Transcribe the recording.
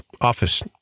office